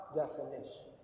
definition